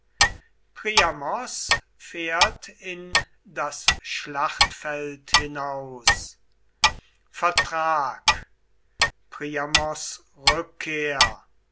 fährt in das schlachtfeld hinaus vertrag priamos rückkehr